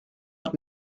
hat